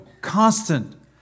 constant